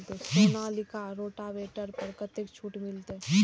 Sonalika rotavator पर कतेक छूट मिलते?